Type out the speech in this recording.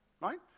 right